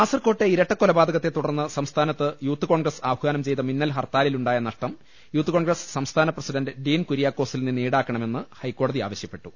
കാസർക്കോട്ടെ ഇരട്ടക്കൊലപാതകത്തെ തുടർന്ന് സംസ്ഥാ നത്ത് യൂത്ത് കോൺഗ്രസ് ആഹ്വാനം ചെയ്ത മിന്നൽ ഹർത്താ ലിലുണ്ടായ നഷ്ടം യൂത്ത് കോൺഗ്രസ് സംസ്ഥാന പ്രസിഡണ്ട് ഡീൻ കുര്യാക്കോസിൽ നിന്ന് ഈടാക്കണമെന്ന് ഹൈക്കോടതി ആവശ്യപ്പെട്ടു